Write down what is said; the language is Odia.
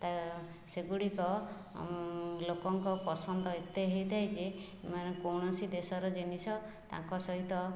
ତ ସେଗୁଡ଼ିକ ଲୋକଙ୍କ ପସନ୍ଦ ଏତେ ହେଇଥାଏ ଯେ ମାନେ କୌଣସି ଦେଶର ଜିନିଷ ତାଙ୍କ ସହିତ